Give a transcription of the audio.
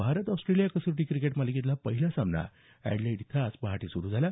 Bharat Australia कसोटी cricket मालिकेतला पहिला सामना एडलेड इथं आज पहाटे सुरू झाला